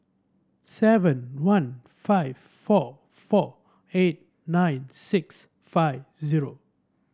seven one five four four eight nine six five zero